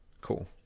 Cool